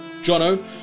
Jono